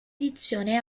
edizione